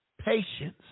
Patience